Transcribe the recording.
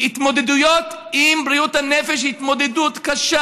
ההתמודדות עם בריאות הנפש היא התמודדות קשה,